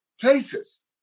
places